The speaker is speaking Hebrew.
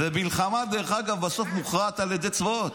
ומלחמה בסוף מוכרעת על ידי צבאות.